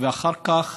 ואחר כך